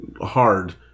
hard